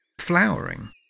flowering